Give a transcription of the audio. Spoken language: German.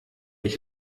ich